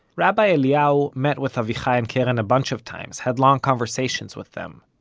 rabbi eliyahu met with avichai and keren a bunch of times, had long conversations with them.